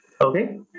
Okay